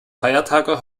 feiertage